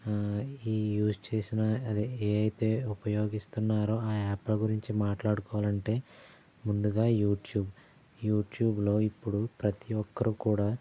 ఈ యూజ్ చేసిన అదే ఏవైతే ఉపయోగిస్తున్నారో ఆ యాప్ల గురించి మాట్లాడుకోవాలంటే ముందుగా యూట్యూబ్ యూట్యూబ్లో ఇప్పుడు ప్రతిఒక్కరూ కూడా